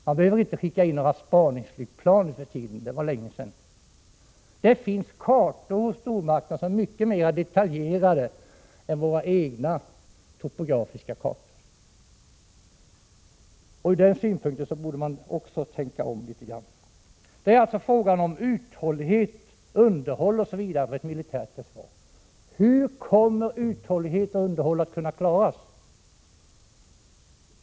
Man behöver inte skicka in några spaningsflygplan nu för tiden — det var länge sedan. Stormakterna har kartor som är mycket mer detaljerade än våra egna topografiska kartor. Också av det skälet borde man tänka om. Det är alltså fråga om uthållighet, underhåll, osv. i ett militärt försvar. Hur kommer uthållighet och underhåll att kunna klaras?